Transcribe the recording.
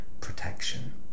protection